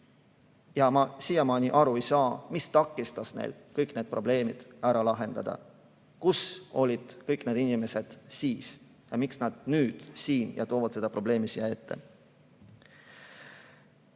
ma siiamaani ei saa aru, mis takistas neil kõik need probleemid ära lahendada. Kus olid kõik need inimesed siis ja miks nad nüüd toovad selle probleemi siia ette?